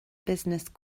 business